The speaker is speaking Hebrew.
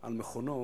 על מכונו